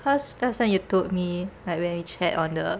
cause last time you told me like when we chat on the